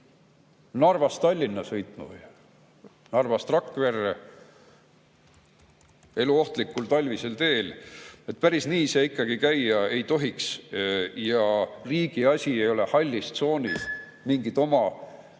Narvast Tallinna sõitma? Narvast Rakverre eluohtlikul talvisel teel? Päris nii see ikka käia ei tohiks. Riigi asi ei ole hallis tsoonis mingi oma